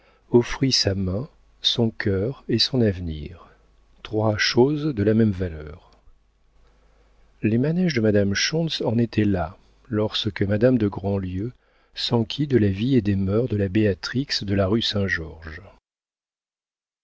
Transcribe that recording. offrit sa main son cœur et son avenir trois choses de la même valeur les manéges de madame schontz en étaient là lorsque madame de grandlieu s'enquit de la vie et des mœurs de la béatrix de la rue saint-georges